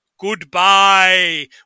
goodbye